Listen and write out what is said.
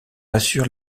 assure